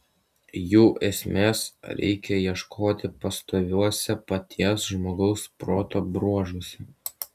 jų esmės reikia ieškoti pastoviuose paties žmogaus proto bruožuose